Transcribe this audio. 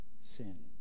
sin